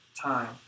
time